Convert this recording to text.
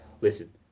listen